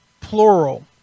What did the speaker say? plural